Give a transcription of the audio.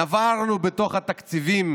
נברנו בתוך התקציבים